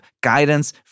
guidance